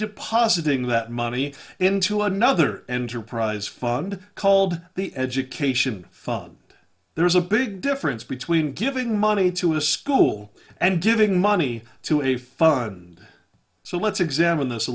depositing that money into another enterprise fund called the education fund there is a big difference between giving money to a school and giving money to a fund so let's examine this a